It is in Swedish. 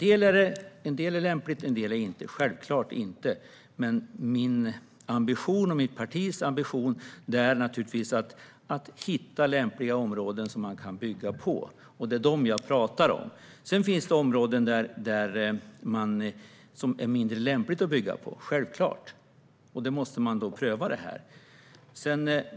En del är lämplig; en del är självklart inte det. Min och mitt partis ambition är att hitta lämpliga områden som man kan bygga på, och det är dem jag pratar om. Sedan finns det självklart områden som det är mindre lämpligt att bygga på. Då måste man pröva det här.